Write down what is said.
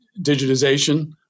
digitization